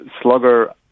slugger